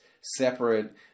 separate